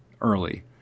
early